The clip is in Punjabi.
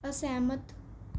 ਅਸਹਿਮਤ